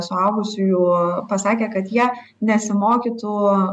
suaugusiųjų pasakė kad jie nesimokytų